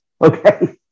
Okay